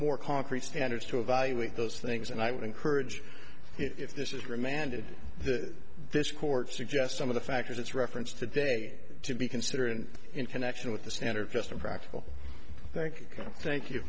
more concrete standards to evaluate those things and i would encourage if this is remanded to this court suggest some of the factors it's reference today to be considered and in connection with the standard just a practical thank you thank you